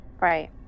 Right